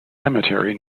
cemetery